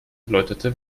erläuterte